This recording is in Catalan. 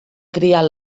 criar